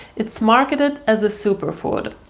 it's marketed as a super food,